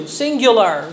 singular